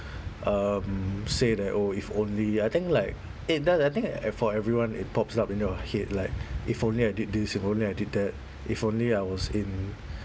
um say that oh if only I think like it does I think e~ for everyone it pops up in your head like if only I did this if only I did that if only I was in